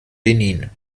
benin